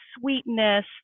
sweetness